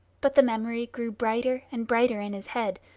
but the memory grew brighter and brighter in his head,